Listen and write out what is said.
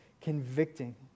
convicting